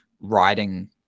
writing